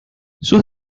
sus